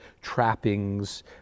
trappings